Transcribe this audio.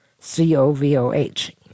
C-O-V-O-H